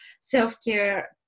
self-care